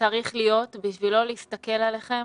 צריך להיות בשביל לא להסתכל עליכם